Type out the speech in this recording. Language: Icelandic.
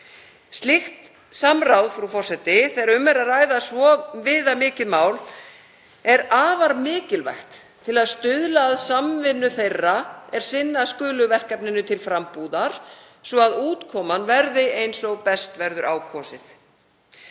Slíkt samráð þegar um er að ræða svo viðamikið mál er afar mikilvægt til að stuðla að samvinnu þeirra er sinna skulu verkefninu til frambúðar svo að útkoman verði eins og best verður á kosið.